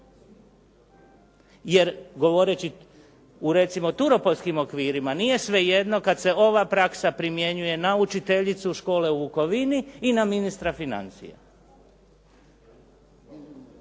jer govoreći u recimo turopoljskim okvirima, nije svejedno kad se ova praksa primjenjuje na učiteljici škole u Vukovini i na ministra financija.